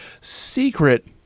secret